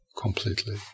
Completely